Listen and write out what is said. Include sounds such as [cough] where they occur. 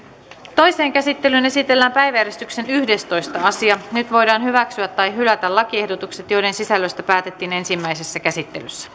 toiseen käsittelyyn esitellään päiväjärjestyksen yhdestoista asia nyt voidaan hyväksyä tai hylätä lakiehdotukset joiden sisällöstä päätettiin ensimmäisessä käsittelyssä [unintelligible]